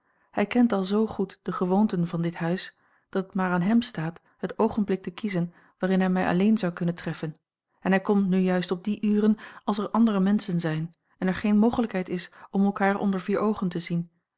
hij kent al zoo goed de gewoonten van dit huis dat het maar aan hem staat het oogenblik te kiezen waarin hij mij alleen zou kunnen treffen en hij komt nu juist a l g bosboom-toussaint langs een omweg op die uren als er andere menschen zijn en er geen mogelijkheid is om elkaar onder vier oogen te zien